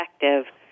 effective